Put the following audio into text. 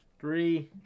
Three